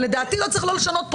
ולדעתי לא צריך לשנות פה,